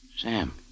sam